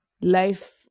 life